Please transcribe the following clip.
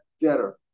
debtor